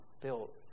built